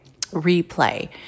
replay